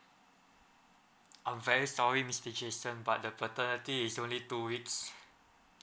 I'm very sorry mister jason but the paternity is only two weeks